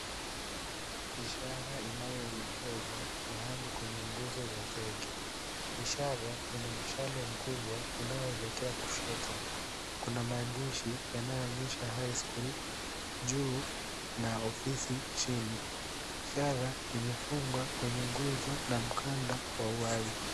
Ishara inayoelekeza mahali kwenye nguzo za zege. Ishara ina mshale mkubwa inayoelekea kushoto. Kuna maandishi yanayoonyesha high school juu na ofisi chini. Ishara imefungwa kwenye nguzo na mkanda wa wazi.